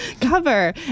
cover